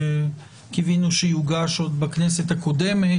שקיווינו שיוגש עוד בכנסת הקודמת?